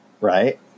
Right